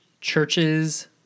Churches